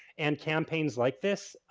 and campaigns like this